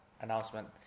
announcement